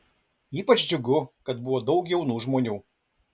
ypač džiugų kad buvo daug jaunų žmonių